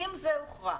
אם זה הוכרע,